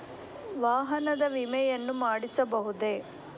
ವಾಹನದ ವಿಮೆಯನ್ನು ಮಾಡಿಸಬಹುದೇ?